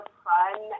fun